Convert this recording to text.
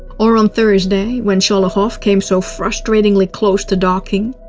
or on thursday when sholokov came so frustratingly close to docking.